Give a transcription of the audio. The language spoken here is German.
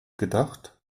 gedacht